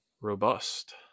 robust